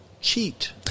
cheat